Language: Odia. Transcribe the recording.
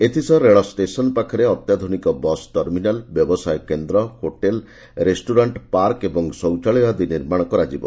ଏଥିସହ ରେଳ ଷେସନ୍ ପାଖରେ ଅତ୍ୟାଧୁନିକ ବସ୍ ଟର୍ମିନାଲ୍ ବ୍ୟବସାୟ କେନ୍ଦ୍ର ହୋଟେଲ୍ ରେଷୁରାଣ୍କ ପାର୍କ ଏବଂ ଶୌଚାଳୟ ଆଦି ନିର୍ମାଣ କରାଯିବ